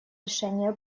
решение